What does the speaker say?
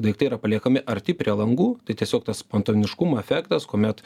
daiktai yra paliekami arti prie langų tai tiesiog tas spontaniškumo efektas kuomet